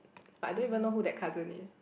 but I don't even know who that cousin is